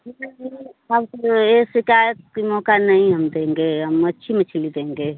ठीक है फिर हम फिर ये शिकायत की मौका नहीं हम देंगे हम अच्छी मछली देंगे